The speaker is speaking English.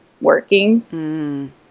working